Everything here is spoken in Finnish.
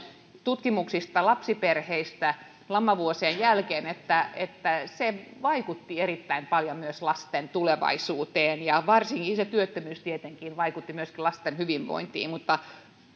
tutkimuksista lapsiperheistä lamavuosien jälkeen että että se vaikutti erittäin paljon myös lasten tulevaisuuteen ja varsinkin se työttömyys tietenkin vaikutti myöskin lasten hyvinvointiin